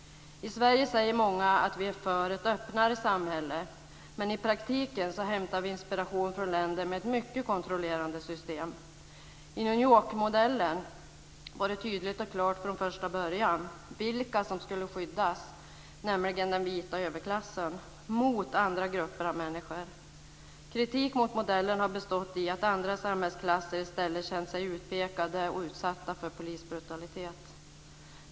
I Sverige säger många att vi är för ett öppnare samhälle, men i praktiken hämtar vi inspiration från länder med ett mycket kontrollerande system. I New York-modellen var det från första början klart vilka som skulle skyddas, nämligen den vita överklassen mot andra grupper av människor. Kritiken mot modellen har bestått i att andra samhällsklasser har känt sig utpekade och utsatta för polisbrutalitet.